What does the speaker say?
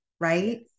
right